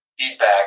feedback